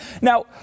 Now